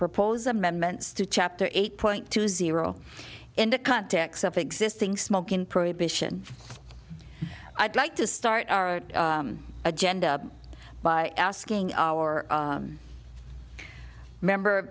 proposed amendments to chapter eight point two zero in the context of existing smoking prohibition i'd like to start our agenda by asking our member